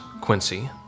Quincy